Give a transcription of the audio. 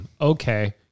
okay